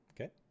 Okay